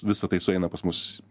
visa tai sueina pas mus